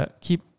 keep